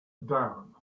down